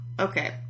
Okay